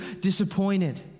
disappointed